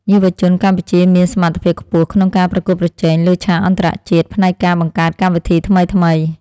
យុវជនកម្ពុជាមានសមត្ថភាពខ្ពស់ក្នុងការប្រកួតប្រជែងលើឆាកអន្តរជាតិផ្នែកការបង្កើតកម្មវិធីថ្មីៗ។